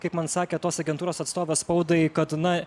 kaip man sakė tos agentūros atstovas spaudai kad na